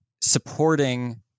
supporting